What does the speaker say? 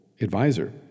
advisor